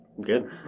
Good